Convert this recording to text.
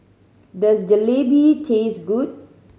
does Jalebi taste good